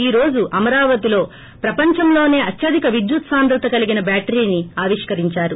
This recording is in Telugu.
ఈ రోజు అమరావతిలో ఆయన ప్రపంచంలోనే అత్యధిక విద్యత్ సాంధ్రత కలిగిన బ్యాటరీని ఆవిష్కరించారు